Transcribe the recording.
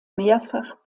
mehrfach